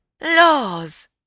Laws